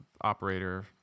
operator